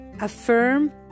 Affirm